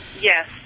Yes